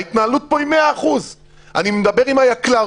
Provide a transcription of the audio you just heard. ההתנהלות פה היא 100%. אני מדבר עם היקל"ר